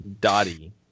Dottie